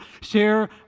share